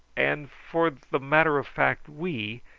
and for the matter of fact we,